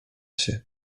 się